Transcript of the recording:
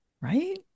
right